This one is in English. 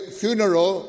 funeral